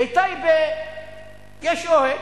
בטייבה יש אוהל,